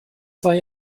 zwei